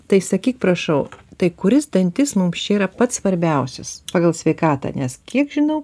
tai sakyk prašau tai kuris dantis mums čia yra pats svarbiausias pagal sveikatą nes kiek žinau